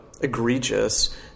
egregious